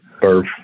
birth